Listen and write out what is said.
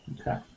Okay